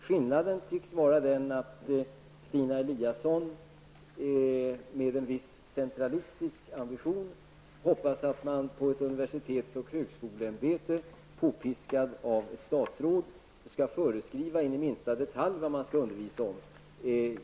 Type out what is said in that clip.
Skillnaden tycks vara den att Stina Eliasson med en viss centralistisk ambition hoppas att man på Universitets och högskoleämbetet, påpiskade av ett statsråd, skall föreskriva in i minsta detalj vad det skall undervisas om.